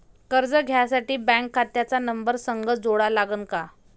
कर्ज घ्यासाठी बँक खात्याचा नंबर संग जोडा लागन का?